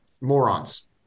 morons